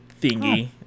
thingy